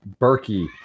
Berkey